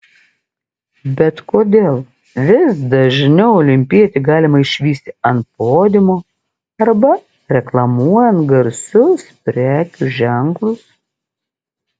bet kodėl vis dažniau olimpietį galima išvysti ant podiumo arba reklamuojant garsius prekių ženklus